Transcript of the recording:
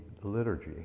liturgy